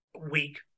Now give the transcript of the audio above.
weak